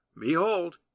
behold